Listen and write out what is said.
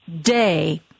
day